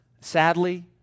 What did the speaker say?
sadly